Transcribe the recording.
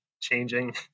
changing